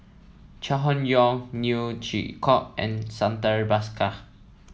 Chai Hon Yoong Neo Chwee Kok and Santha Bhaskar